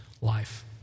life